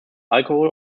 alcohol